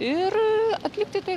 ir atlikti tai